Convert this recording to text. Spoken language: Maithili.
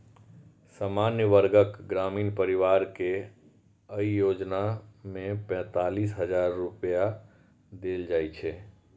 सामान्य वर्गक ग्रामीण परिवार कें अय योजना मे पैंतालिस हजार रुपैया देल जाइ छै